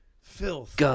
Filth